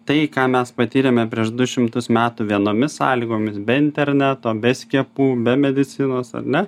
tai ką mes patyrėme prieš du šimtus metų vienomis sąlygomis be interneto be skiepų be medicinos ar ne